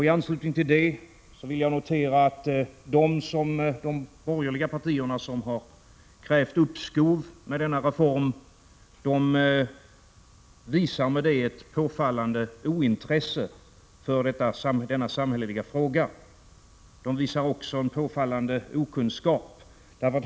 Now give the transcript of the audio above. I anslutning till detta vill jag notera att de borgerliga partierna, som har krävt uppskov med denna reform, därmed visar ett påfallande ointresse för denna samhälleliga fråga. De visar också en påfallande okunskap.